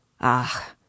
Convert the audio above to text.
Ah